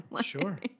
Sure